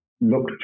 look